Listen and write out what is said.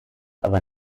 aber